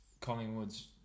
Collingwood's